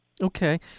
Okay